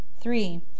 three